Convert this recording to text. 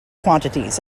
quantities